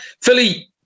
Philly